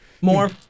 More